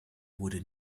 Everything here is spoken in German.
wurde